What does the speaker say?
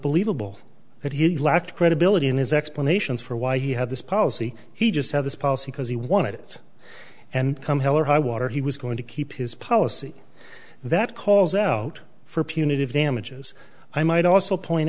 believable that he lacked credibility in his explanations for why he had this policy he just had this policy because he wanted it and come hell or high water he was going to keep his policy that calls out for punitive damages i might also point